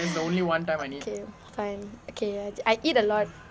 okay fine okay I I eat a lot